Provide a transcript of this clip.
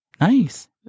Nice